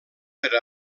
per